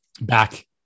back